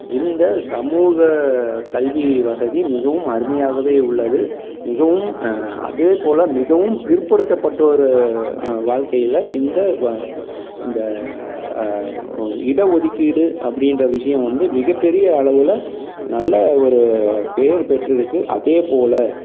இந்த சமூக கல்வி வசதி மிகவும் அருமையாகவே உள்ளது மிகவும் அதே போல் மிகவும் பிற்படுத்தப்பட்டோரு வாழ்க்கையில் இந்த வ இந்த இட ஒதுக்கீடு அப்படின்ற விஷயம் வந்து மிகப்பெரிய அளவில் நல்ல ஒரு பேர் பெற்று இருக்கு அதே போல்